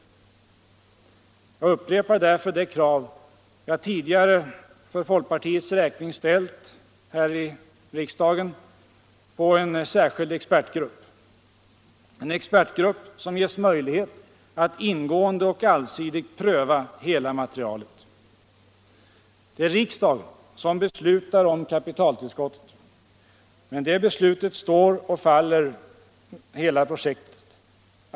Jag upprepar därför det krav jag tidigare för folkpartiets räkning ställt här i riksdagen på en särskild expertgrupp — en expertgrupp som ges möjlighet att ingående och allsidigt pröva hela materialet. Det är riksdagen som beslutar om kapitaltillskott. Med det beslutet står och faller hela projektet.